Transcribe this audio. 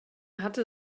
hatte